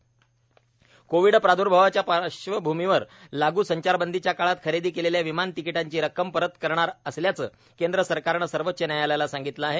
विमान तिकिटांची रक्कम परत कोविड प्रादुर्भावाच्या पार्श्वभूमीवर लागू संचारबंदीच्या काळात खरेदी केलेल्या विमान तिकिटांची रक्कम परत करणार असल्याचं केंद्र सरकारनं सर्वोच्च न्यायालयाला सांगितलं आहे